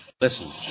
Listen